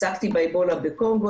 עסקתי באבולה בקונגו.